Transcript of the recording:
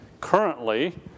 currently